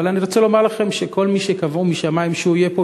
אבל אני רוצה לומר לכם שכל מי שקבעו משמים שהוא יהיה פה,